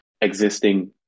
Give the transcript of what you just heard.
existing